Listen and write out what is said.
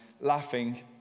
laughing